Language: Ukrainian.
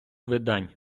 видань